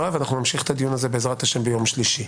נמשיך את הדיון הזה בעז"ה ביום שלישי.